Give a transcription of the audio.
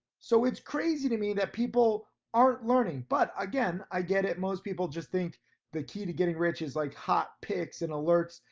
so it's crazy to me that people aren't learning. but again, i get it, most people just think the key to getting rich is like hot picks and alerts,